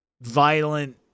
violent